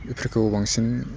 बेफोरखौ बांसिन